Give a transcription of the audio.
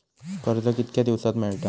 कर्ज कितक्या दिवसात मेळता?